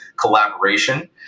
collaboration